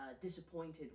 disappointed